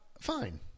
fine